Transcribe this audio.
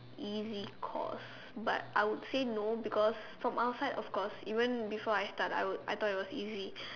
easy course but I would say no because from outside of course even before I start I would I thought it was easy